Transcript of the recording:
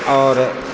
आओर